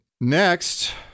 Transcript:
Next